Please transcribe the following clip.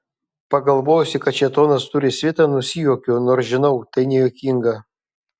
pagalvojusi kad šėtonas turi svitą nusijuokiu nors žinau tai nejuokinga